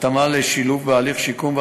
התאמה לשילוב בהליך שיקום,